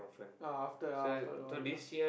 ah after after O_R_D ah